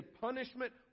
punishment